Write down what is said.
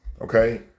Okay